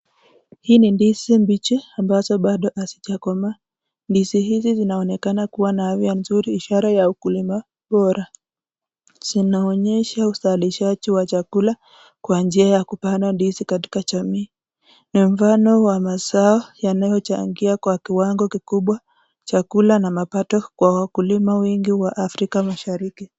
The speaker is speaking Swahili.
Hii ni ndizi mbichi ambazo bado hazijakomaa. Ndizi hizi zinaonekana kuwa na afya nzuri ishara ya ukulima bora. Zinaonyesha uzalishaji wa chakula kwa njia ya kupanda ndizi katika jamii. Ni mfano wa mazao yanayochangia kwa kiwango kikubwa kwa chakula na mapato kwa wakulima wengi kwa Afrika Mashariki.